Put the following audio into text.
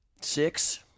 six